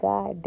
God